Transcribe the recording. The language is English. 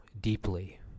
deeply